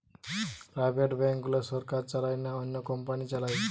private bank গুলা সরকার চালায় না, অন্য কোম্পানি চালায়